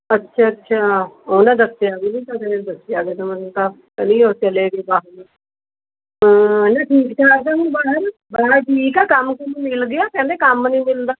ਅੱਛਾ ਅੱਛਾ ਉਹਨੇ ਦੱਸਿਆ ਵੀ ਨਹੀਂ ਕਦੇ ਦੱਸਿਆ ਉਹ ਚਲੇ ਗਏ ਬਾਹਰ ਨੂੰ ਹਾਂ ਨਹੀਂ ਠੀਕ ਠਾਕ ਹੈ ਹੁਣ ਬਾਹਰ ਬਾਹਰ ਠੀਕ ਆ ਕੰਮ ਕੁੰਮ ਮਿਲ ਗਿਆ ਕਹਿੰਦੇ ਕੰਮ ਨਹੀਂ ਮਿਲਦਾ